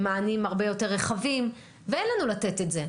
זה גם דורש מענים הרבה יותר רחבים ואין לנו לתת את זה.